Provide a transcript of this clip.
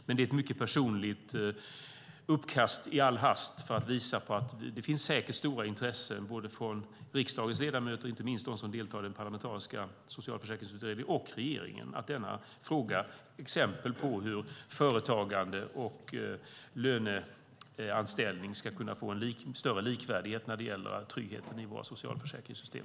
Det är ett mycket personligt uppkast i all hast för att visa på att det säkert finns stora intressen både från riksdagens ledamöter, inte minst de som deltar i den parlamentariska socialförsäkringsutredningen, och regeringen för att denna fråga är ett exempel på hur företagande och löneanställning ska kunna få en större likvärdighet när det gäller tryggheten i våra socialförsäkringssystem.